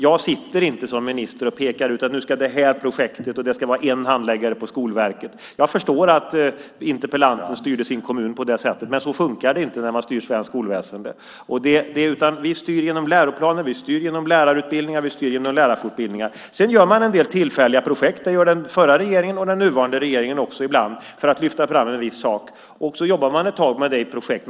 Jag sitter inte som minister och pekar ut ett projekt och att det ska vara en handläggare på Skolverket. Jag förstår att interpellanten styrde sin kommun på det sättet, men så fungerar det inte när man styr svenskt skolväsen. Vi styr genom läroplaner. Vi styr genom lärarutbildningar. Vi styr genom lärarfortbildningar. Sedan gör man en del tillfälliga projekt. Det gjorde den förra regeringen, och det gör också den nuvarande regeringen ibland för att lyfta fram en viss sak. Och så jobbar man ett tag med det i projekt.